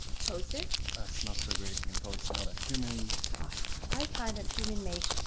toasted that smells so great. you can totally smell the cumin i find that cumin makes